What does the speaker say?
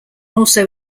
also